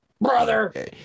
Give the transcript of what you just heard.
Brother